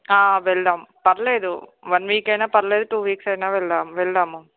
ఆ వెళ్దాం పర్లేదు వన్ వీకైనా పర్లేదు టూ వీక్స్ అయినా వెళ్దాం వెళ్దాము